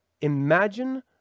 imagine